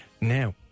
Now